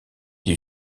lui